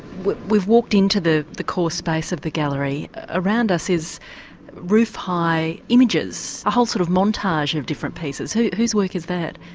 we've walked in to the the core space of the gallery around us are roof-high images, a whole sort of montage of different pieces. whose work is that?